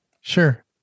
Sure